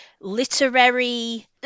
literary